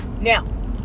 now